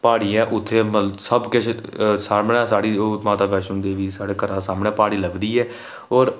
प्हाड़ी ऐ उत्थै मतलब सबकिश सामनै साढ़ी माता वैष्णो देवी साढ़े घरै दे सामनै प्हाड़ी लभदी ऐ होर